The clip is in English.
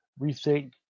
rethink